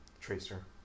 Tracer